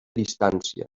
distància